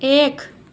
एक